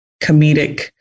comedic